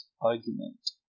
argument